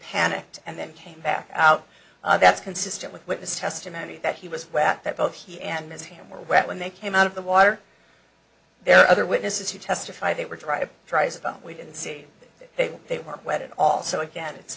panicked and then came back out that's consistent with witness testimony that he was wet that both he and his hand were wet when they came out of the water there were other witnesses who testified they were dr tries we didn't see they they were wet it all so again it's